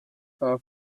far